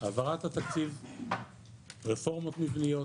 העברת התקציב, רפורמות מבניות,